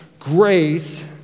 Grace